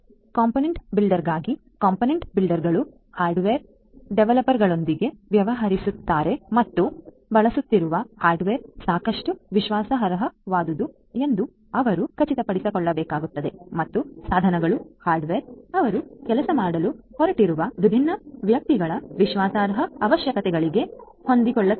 component ಬಿಲ್ಡರ್ಗಾಗಿ component builder ಗಳು hardware ಡೆವಲಪರ್ಗಳೊಂದಿಗೆ ವ್ಯವಹರಿಸುತ್ತಾರೆ ಮತ್ತು ಬಳಸುತ್ತಿರುವ ಹಾರ್ಡ್ವೇರ್ ಸಾಕಷ್ಟು ವಿಶ್ವಾಸಾರ್ಹವಾದುದು ಎಂದು ಅವರು ಖಚಿತಪಡಿಸಿಕೊಳ್ಳಬೇಕಾಗುತ್ತದೆ ಮತ್ತು ಸಾಧನಗಳು ಹಾರ್ಡ್ವೇರ್ ಅವರು ಕೆಲಸ ಮಾಡಲು ಹೊರಟಿರುವ ವಿಭಿನ್ನ ವ್ಯಕ್ತಿಗಳ ವಿಶ್ವಾಸಾರ್ಹ ಅವಶ್ಯಕತೆಗಳಿಗೆ ಹೊಂದಿಕೊಳ್ಳುತ್ತಾರೆ